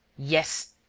yes.